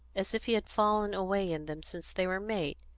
as if he had fallen away in them since they were made.